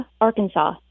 Arkansas